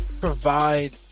provide